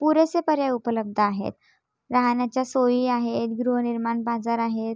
पुरेसे पर्याय उपलब्ध आहेत राहण्याच्या सोयी आहेत गृहनिर्माण बाजार आहेत